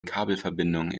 kabelverbindungen